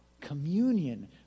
Communion